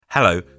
Hello